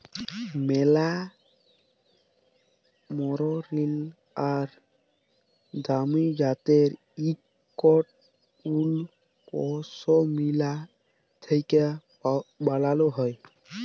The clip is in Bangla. ম্যালা মসরিল আর দামি জ্যাত্যের ইকট উল পশমিলা থ্যাকে বালাল হ্যয়